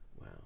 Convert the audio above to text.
Wow